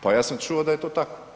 Pa ja sam čuo da je to tako.